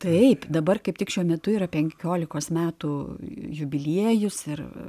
taip dabar kaip tik šiuo metu yra penkiolikos metų jubiliejus ir